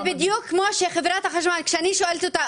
זה בדיוק כמו שכשאני שואלת את חברת החשמל